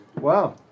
wow